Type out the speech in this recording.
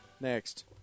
next